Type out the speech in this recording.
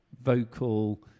vocal